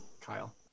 Kyle